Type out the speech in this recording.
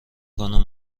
کنم